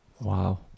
Wow